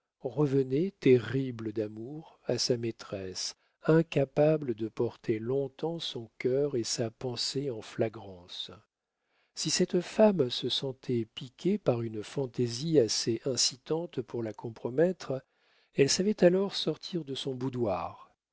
revenait terrible d'amour à sa maîtresse incapable de porter long-temps son cœur et sa pensée en flagrance si cette femme se sentait piquée par une fantaisie assez incitante pour la compromettre elle savait alors sortir de son boudoir